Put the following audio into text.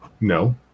No